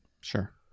sure